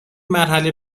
مرحله